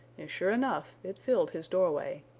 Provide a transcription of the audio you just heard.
and sure enough, it filled his doorway.